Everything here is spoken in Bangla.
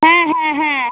হ্যাঁ হ্যাঁ হ্যাঁ